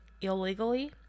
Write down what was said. illegally